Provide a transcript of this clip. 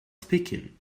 speaking